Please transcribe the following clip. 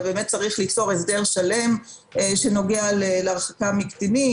אלא צריך ליצור הסדר שלם שנוגע להרחקה מקטינים